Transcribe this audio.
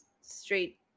straight